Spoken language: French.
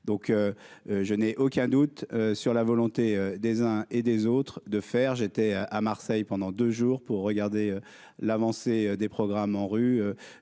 donc je n'ai aucun doute sur la volonté des uns et des autres de faire, j'étais à Marseille pendant 2 jours pour regarder l'avancée des programmes ANRU